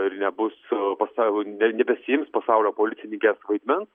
ir nebus su savo ne nebesiims pasaulio policininkės vaidmens